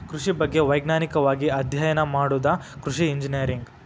ಕೃಷಿ ಬಗ್ಗೆ ವೈಜ್ಞಾನಿಕವಾಗಿ ಅಧ್ಯಯನ ಮಾಡುದ ಕೃಷಿ ಇಂಜಿನಿಯರಿಂಗ್